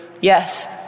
Yes